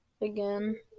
Again